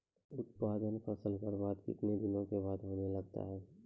उत्पादन फसल बबार्द कितने दिनों के बाद होने लगता हैं?